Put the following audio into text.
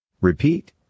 Repeat